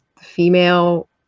female